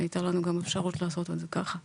הייתה לנו גם את האפשרות לעשות את זה ככה,